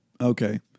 Okay